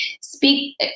speak